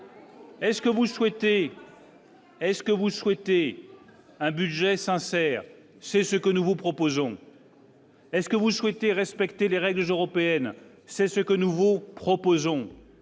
est-ce que vous souhaitez un budget sincère. C'est ce que nous vous proposons. Est-ce que vous souhaitez, respecter les règles européennes, c'est ce que nouveau proposant